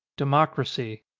democracy